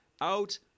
Out